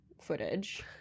footage